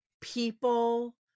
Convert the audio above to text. people